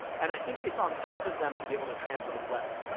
and i think it's on both of them to be able to translate well,